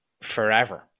forever